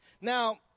Now